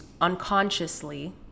unconsciously